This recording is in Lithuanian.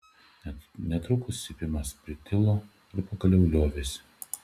netrukus cypimas pritilo ir pagaliau liovėsi